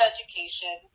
Education